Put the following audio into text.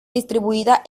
distribuida